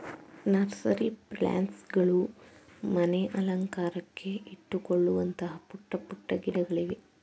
nursery plants ಗಳು ಮನೆ ಅಲಂಕಾರಕ್ಕೆ ಇಟ್ಟುಕೊಳ್ಳುವಂತಹ ಪುಟ್ಟ ಪುಟ್ಟ ಗಿಡಗಳಿವೆ